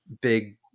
big